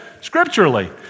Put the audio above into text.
scripturally